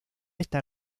está